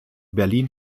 berlin